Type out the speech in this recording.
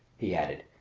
he added,